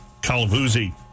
Calabuzzi